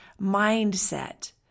mindset